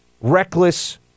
reckless